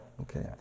Okay